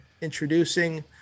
introducing